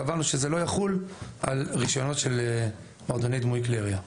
אנחנו קבענו שזה לא יחול על רישיונות של מועדוני דמוי כלי ירייה.